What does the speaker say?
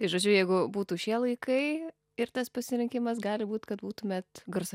tai žodžiu jeigu būtų šie laikai ir tas pasirinkimas gali būt kad būtumėt garso